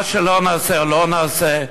מה שלא נעשה או לא נעשה,